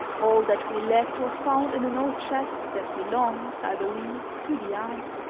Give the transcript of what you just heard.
all that we lacked was found in an old chest that belonged, i believe, to the aunt.